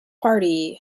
party